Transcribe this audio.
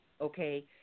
Okay